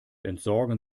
entsorgen